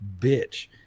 bitch